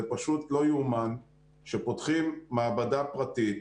זה פשוט לא יאומן שפותחים מעבדה פרטית,